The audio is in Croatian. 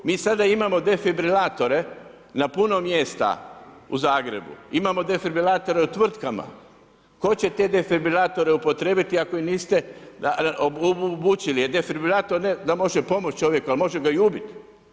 Mi sada imamo defibrilatore na puno mjesta u Zagrebu, imamo defibrilatore u tvrtkama, tko će te defibrilatore upotrijebiti ako ih niste obučili, defibrilator da može pomoći čovjeku a može ga i ubiti.